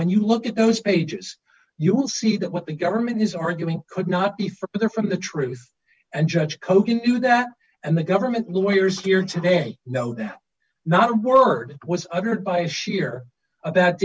when you look at those pages you will see that what the government is arguing could not be from their from the truth and judge kogan do that and the government lawyers here today know that not a word was uttered by sheer about